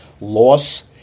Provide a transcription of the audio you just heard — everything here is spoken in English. loss